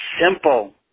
simple